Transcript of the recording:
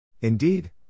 Indeed